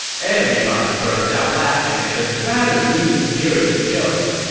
everybody burst out laughing at this rather mean-spirited joke.